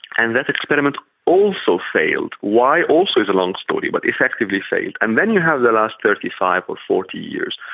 and that experiment also failed why also is a long story but effectively failed. and then you have the last thirty five or forty years.